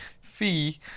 fee